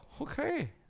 okay